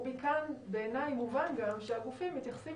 ומכאן בעיני מובן גם שהגופים מתייחסים